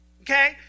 Okay